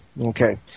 okay